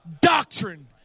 doctrine